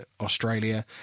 australia